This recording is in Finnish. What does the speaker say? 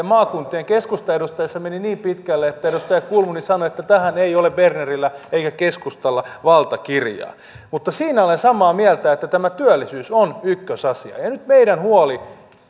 maakuntien keskustaedustajissa meni niin pitkälle että edustaja kulmuni sanoi että tähän ei ole bernerillä eikä keskustalla valtakirjaa mutta siinä olen samaa mieltä että tämä työllisyys on ykkösasia ja nyt meidän huolemme